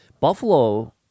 Buffalo